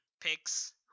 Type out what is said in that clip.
picks